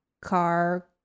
car